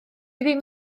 ddim